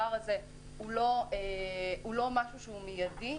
זה לא משהו מיידי,